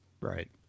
Right